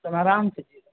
एकदम आराम सऽ जेबै